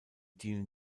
dienen